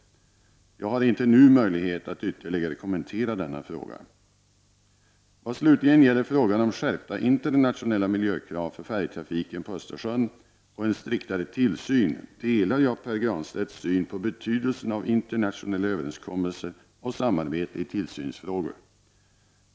Jag har inte nu möjlighet att ytterligare kommentera denna fråga. Vad slutligen gäller frågan om skärpta internationella miljökrav för färjetrafiken på Östersjön och en striktare tillsyn delar jag Pär Granstedts syn på betydelsen av internationella överenskommelser och samarbete i tillsynsfrågor.